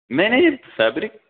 نہیں نہیں فیبرک